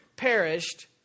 Perished